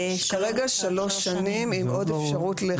כרגע שלוש שנים עם עוד אפשרות.